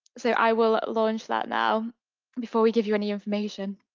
so i will launch that now before we give you any information.